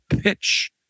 pitch